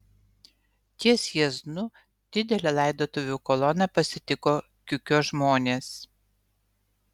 ties jieznu didelę laidotuvių koloną pasitiko kiukio žmonės